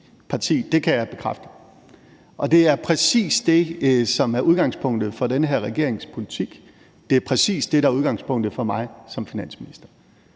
det kan jeg bekræfte, og det er præcis det, som er udgangspunktet for den her regerings politik, det er præcis det, der er udgangspunktet for mig som finansminister.